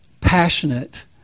passionate